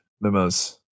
memos